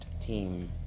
team